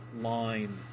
line